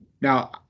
now